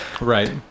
Right